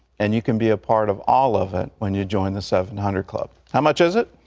and you can be a part of all of it when you join the seven hundred club. how much is it?